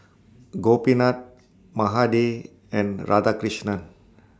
Gopinath Mahade and Radhakrishnan